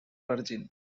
virgin